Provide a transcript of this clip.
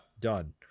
done